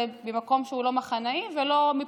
אבל אפשר להסתכל על זה ממקום שהוא לא מחנאי ולא מפוזיציה,